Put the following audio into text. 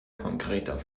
konkreter